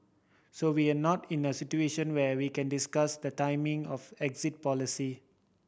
so we're not in a situation where we can discuss the timing of exit policy